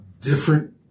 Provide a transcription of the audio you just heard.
Different